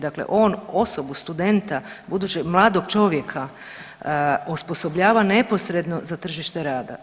Dakle on osobu, studenta, budućeg mladog čovjeka osposobljava neposredno za tržište rada.